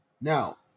Now